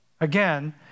Again